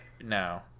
No